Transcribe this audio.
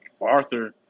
Arthur